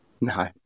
No